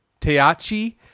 Teachi